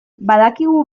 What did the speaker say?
badakigu